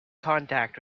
contact